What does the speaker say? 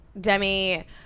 Demi